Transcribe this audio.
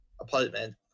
apartment